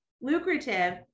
lucrative